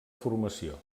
formació